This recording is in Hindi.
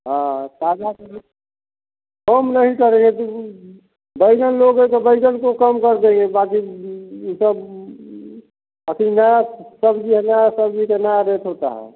हाँ ताज़ा का रेट कम नहीं करेंगे क्योंकि बैंगन लोगे तो बैंगन को कम कर देंगे बाकी वो सब सब्ज़ी है ना सब्ज़ी का नया रेट होता है